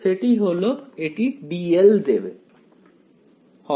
সেটি হল এটি dl হবে